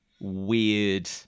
weird